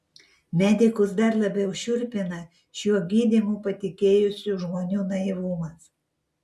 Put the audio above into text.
medikus dar labiau šiurpina šiuo gydymu patikėjusių žmonių naivumas